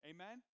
Amen